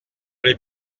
les